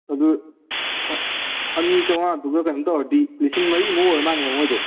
ꯑꯗꯨ ꯑꯅꯤ ꯆꯧꯉꯥꯗꯨꯒ ꯀꯩꯅꯣ ꯇꯧꯔꯗꯤ ꯂꯤꯁꯤꯡ ꯃꯔꯤꯃꯨꯛ ꯑꯣꯏꯔ ꯃꯥꯜꯂꯦ ꯃꯣꯏꯗꯣ